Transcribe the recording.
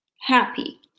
happy